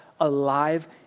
alive